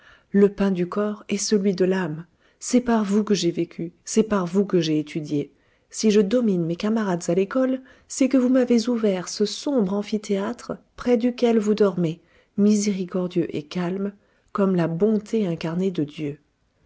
le pain du corps et celui de l'âme c'est par vous que j'ai vécu c'est par vous que j'ai étudié si je domine mes camarades à l'école c'est que vous m'avez ouvert ce sombre amphithéâtre près duquel vous dormez miséricordieux et calme comme la bonté incarnée de dieu